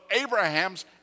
Abraham's